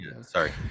Sorry